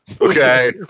Okay